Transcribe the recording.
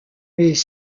les